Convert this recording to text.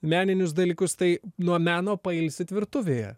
meninius dalykus tai nuo meno pailsit virtuvėje